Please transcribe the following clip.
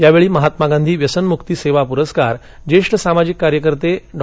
यावेळी महात्मा गांधी व्यसनमुक्ती सेवा पुरस्कार ज्येष्ठ सामाजिक कार्यकर्ते डॉ